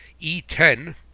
E10